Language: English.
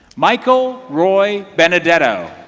michael roy benedetto